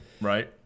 Right